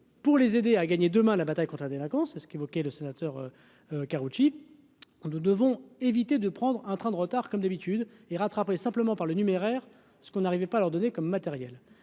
pour les aider à gagner demain la bataille contre délinquance, c'est ce qu'évoquait le sénateur Karoutchi nous devons éviter de prendre un train de retard comme d'habitude. Rattraper simplement par le numéraire, ce qu'on n'arrivait pas à leur donner comme matériel